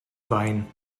wein